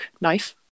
knife